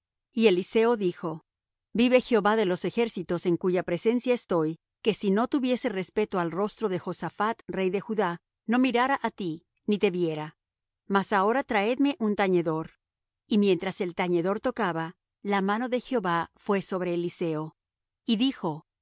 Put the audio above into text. y eliseo dijo vive jehová de los ejércitos en cuya presencia estoy que si no tuviese respeto al rostro de josaphat rey de judá no mirara á ti ni te viera mas ahora traedme un tañedor y mientras el tañedor tocaba la mano de jehová fué sobre eliseo y dijo